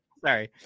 Sorry